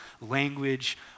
language